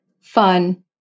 Fun